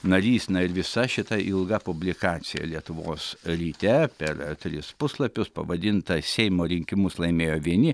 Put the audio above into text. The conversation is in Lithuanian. narys na ir visa šita ilga publikacija lietuvos ryte per tris puslapius pavadinta seimo rinkimus laimėjo vieni